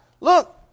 Look